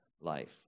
life